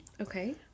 Okay